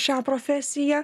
šią profesiją